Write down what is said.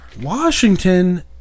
Washington